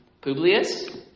Publius